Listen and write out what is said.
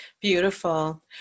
Beautiful